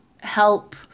help